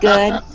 Good